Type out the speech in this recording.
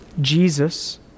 Jesus